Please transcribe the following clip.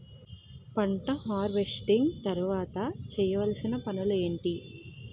పంట హార్వెస్టింగ్ తర్వాత చేయవలసిన పనులు ఏంటి?